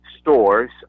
stores